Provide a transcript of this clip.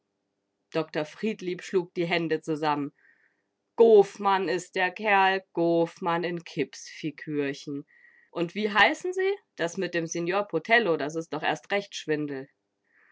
dr friedlieb schlug die hände zusammen goofmann is der kerl goofmann in kipsfikürchen und wie heißen sie das mit dem signor potello das is doch erst recht schwindel